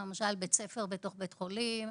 למשל בית ספר בתוך בית חולים,